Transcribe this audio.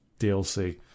DLC